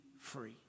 free